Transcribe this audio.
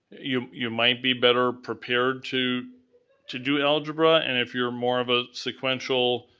you you might be better prepared to to do algebra, and if you're more of a sequential